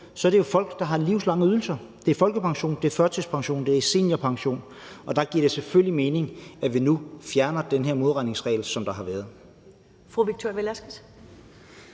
at det jo er folk, der har livslange ydelser – det er folkepension, det er førtidspension, det er seniorpension. Og der giver det selvfølgelig mening, at vi nu fjerner den her modregningsregel, der har været.